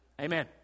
Amen